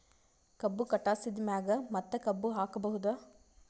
ಕಬ್ಬು ಕಟಾಸಿದ್ ಮ್ಯಾಗ ಮತ್ತ ಕಬ್ಬು ಹಾಕಬಹುದಾ?